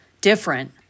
different